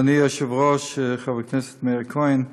אדוני היושב-ראש, חבר הכנסת מאיר כהן,